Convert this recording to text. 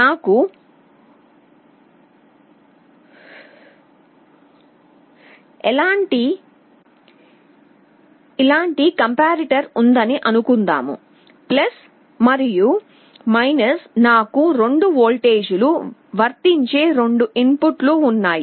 నాకు ఇలాంటి కంపారిటర్ ఉందని అనుకుందాం మరియు నాకు రెండు వోల్టేజీలు వర్తించే రెండు ఇన్ పుట్లు ఉన్నాయి